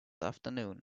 afternoon